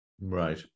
Right